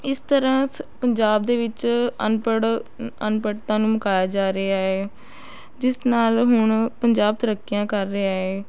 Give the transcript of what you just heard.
ਇਸ ਤਰ੍ਹਾਂ ਸ ਪੰਜਾਬ ਦੇ ਵਿੱਚ ਅਨਪੜ੍ਹ ਅ ਅਨਪੜ੍ਹਤਾ ਨੂੰ ਮੁਕਾਇਆ ਜਾ ਰਿਹਾ ਹੈ ਜਿਸ ਨਾਲ ਹੁਣ ਪੰਜਾਬ ਤਰੱਕੀਆਂ ਕਰ ਰਿਹਾ ਹੈ